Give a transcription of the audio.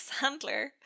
Sandler